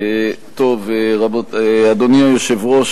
אדוני היושב-ראש,